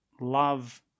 love